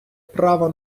право